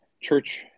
church